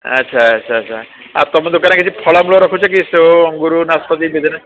ଆଚ୍ଛା ଆଚ୍ଛା ଆଚ୍ଛା ଆଉ ତୁମ ଦୋକାନରେ କିଛି ଫଳମୂଳ ରଖୁଛ କି ସେଓ ଅଙ୍ଗୁର ନାସପତି ଵେଦେନା